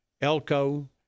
Elko